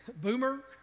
boomer